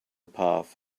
path